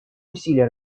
усилия